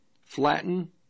flatten